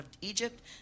Egypt